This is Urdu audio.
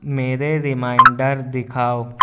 میرے ریمائنڈر دکھاؤ